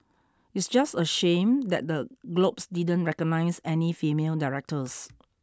it's just a shame that the Globes didn't recognise any female directors